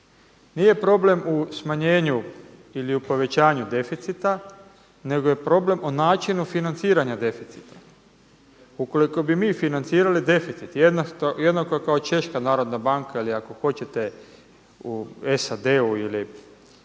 Nije problem u smanjenju ili u povećanju deficita nego je problem o načinu financiranja deficita. Ukoliko bi mi financirali deficit jednako kao Češka narodna banka ili ako hoćete u SAD-u ili